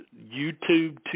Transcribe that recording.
YouTube